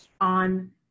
on